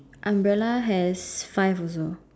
umbrellas has five also